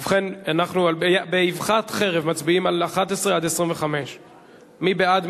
ובכן, אנחנו באבחת חרב מצביעים על 11 25. מי בעד?